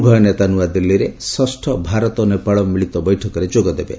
ଉଭୟ ନେତା ନୂଆଦିଲ୍ଲୀରେ ଷଷ୍ଠ ଭାରତ ନେପାଳ ମିଳିତ ବୈଠକରେ ଯୋଗଦେବେ